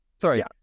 sorry